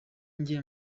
njye